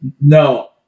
No